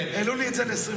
העלו לי את זה ל-25.